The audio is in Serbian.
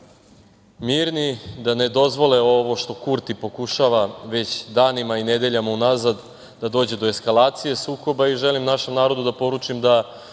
mirni, da ne dozvole ovo što Kurti pokušava već danima i nedeljama unazad da dođe do eskalacije sukoba. Želim našem narodu da poručim da